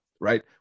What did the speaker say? right